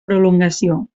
prolongació